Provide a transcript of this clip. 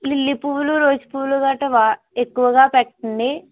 lily పువ్వులు rose పువ్వులు గట్ట వ ఎక్కువగా పెట్టండి